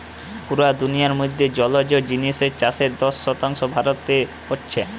পুরা দুনিয়ার মধ্যে জলজ জিনিসের চাষের দশ শতাংশ ভারতে হচ্ছে